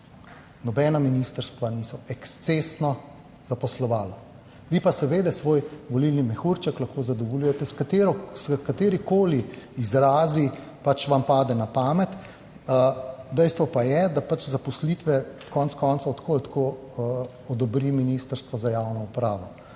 nobena ministrstva niso ekscesno zaposlovala, vi pa seveda svoj volilni mehurček lahko zadovoljujete, s katerikoli izrazi pač vam pade na pamet. Dejstvo pa je, da pač zaposlitve, konec koncev tako ali tako odobri Ministrstvo za javno upravo